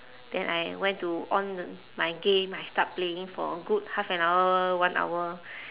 then I went to on my game I start playing for a good half an hour one hour